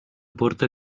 porta